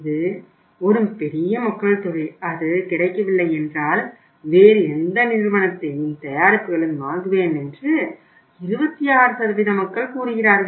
இது ஒரு பெரிய மக்கள் தொகை அது கிடைக்கவில்லை என்றால் வேறு எந்த நிறுவனத்தின் தயாரிப்புகளையும் வாங்குவேன் என்று 26 மக்கள் கூறுகிறார்கள்